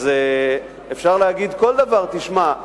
אז אפשר להגיד על כל דבר: תשמע,